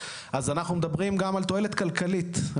אז אנחנו מדברים גם על תועלת כלכלית למדינה,